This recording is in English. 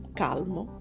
calmo